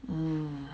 mm